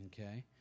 okay